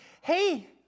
hey